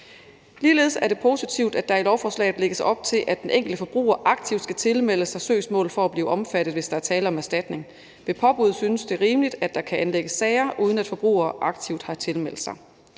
Ligeledes er det positivt, at der i lovforslaget lægges op til, at den enkelte forbruger aktivt skal tilmelde sig søgsmålet for at blive omfattet, hvis der er tale om erstatning. Ved påbud synes det rimeligt, at der kan anlægges sager, uden at forbrugere aktivt har tilmeldt sig.